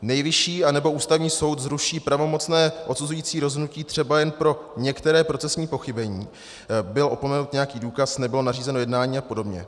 Nejvyšší anebo Ústavní soud zruší pravomocné odsuzující rozhodnutí třeba jen pro některé procesní pochybení byl opomenut nějaký důkaz, nebylo nařízeno jednání apod.